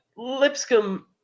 Lipscomb